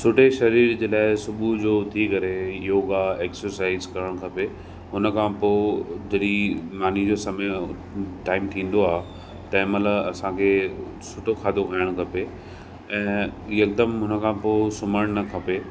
सुठे शरीर जे लाइ सुबुह जो उथी करे योगा एक्सरसाइज करणु खपे हुन खां पोइ ओतिरी मानी जो समय टाइम थींदो आहे तंहिंमहिल असांखे सुठो खाधो खाइण खपे ऐं हिकदमु हुन खां पोइ सुम्हणु न खपे